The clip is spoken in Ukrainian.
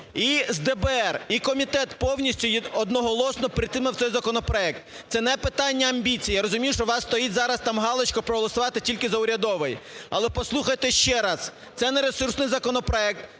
І з ДБР, і комітет повністю одноголосно підтримав цей законопроект, це не питання амбіції. Я розумію, що у вас стоїть зараз там галочка проголосувати тільки за урядовий. Але послухайте ще раз: це не ресурсний законопроект,